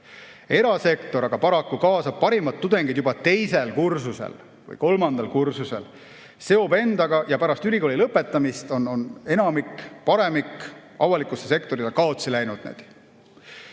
Erasektor aga paraku kaasab parimad tudengid juba teisel või kolmandal kursusel ja seob endaga ning pärast ülikooli lõpetamist on enamik, paremik, avalikule sektorile kaotsi läinud.